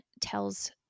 tells